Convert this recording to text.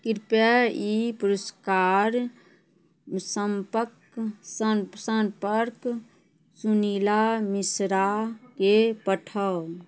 कृपया ई पुरस्कार संपक संपर्क सुनीला मिश्राके पठाउ